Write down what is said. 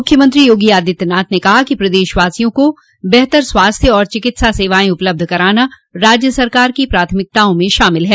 मुख्यमंत्री योगी आदित्यनाथ ने कहा कि प्रदेशवासियों को बेहतर स्वास्थ्य और चिकित्सा सेवाएं उपलब्ध कराना राज्य सरकार की प्राथमिकताओं में शामिल है